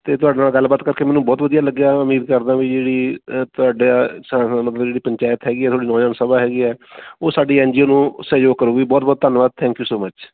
ਅਤੇ ਤੁਹਾਡੇ ਨਾਲ ਗੱਲਬਾਤ ਕਰਕੇ ਮੈਨੂੰ ਬਹੁਤ ਵਧੀਆ ਲੱਗਿਆ ਉਮੀਦ ਕਰਦਾ ਵੀ ਜਿਹੜੀ ਤੁਹਾਡਾ ਜਿਹੜੀ ਪੰਚਾਇਤ ਹੈਗੀ ਤੁਹਾਡੀ ਨੌਜਵਾਨ ਸਭਾ ਹੈਗੀ ਹੈ ਉਹ ਸਾਡੀ ਐਨ ਜੀ ਓ ਨੂੰ ਸਹਿਯੋਗ ਕਰੂਗੀ ਬਹੁਤ ਬਹੁਤ ਧੰਨਵਾਦ ਥੈਂਕ ਯੂ ਸੋ ਮਚ